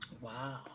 Wow